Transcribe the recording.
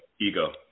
Ego